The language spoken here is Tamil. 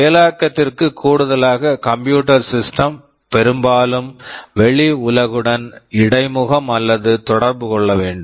செயலாக்கத்திற்கு கூடுதலாக கம்ப்யூட்டர் சிஸ்டம் computer system பெரும்பாலும் வெளி உலகுடன் இடைமுகம் அல்லது தொடர்பு கொள்ள வேண்டும்